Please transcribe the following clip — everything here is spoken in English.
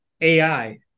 AI